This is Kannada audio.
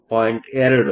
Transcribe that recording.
2 1